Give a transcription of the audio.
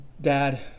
Dad